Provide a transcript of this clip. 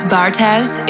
Bartez